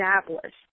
established